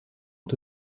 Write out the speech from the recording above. ont